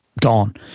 gone